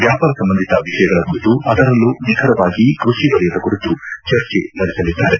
ವ್ಯಾಪಾರ ಸಂಬಂಧಿತ ವಿಷಯಗಳ ಕುರಿತು ಅದರಲ್ಲೂ ನಿಖರವಾಗಿ ಕೃಷಿ ವಲಯದ ಕುರಿತು ಚರ್ಚೆ ನಡೆಸಲಿದ್ದಾರೆ